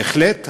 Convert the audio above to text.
בהחלט,